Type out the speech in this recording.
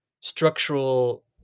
structural